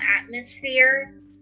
atmosphere